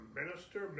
minister